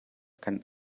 kan